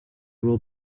will